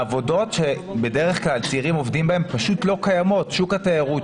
העבודות שבדרך כלל צעירים עובדים בהן פשוט לא קיימות שוק התיירות,